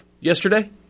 yesterday